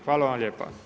Hvala vam lijepa.